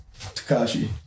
Takashi